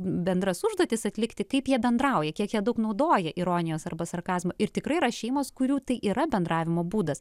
bendras užduotis atlikti taip jie bendrauja kiek daug naudoja ironijos arba sarkazmo ir tikrai yra šeimos kurių tai yra bendravimo būdas